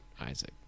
isaac